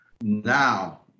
now